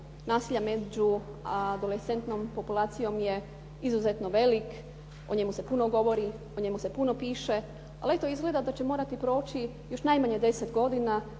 nasilja među adolescentnom populacijom je izuzetno velik, o njemu se puno govori, o njemu se puno piše ali eto izgleda da će morati proći još najmanje 10 godina